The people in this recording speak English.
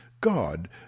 God